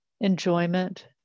enjoyment